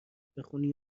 بخونی